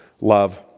love